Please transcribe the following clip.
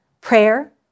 Prayer